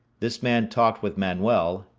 this man talked with manuel,